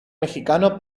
mexicano